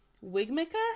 Wigmaker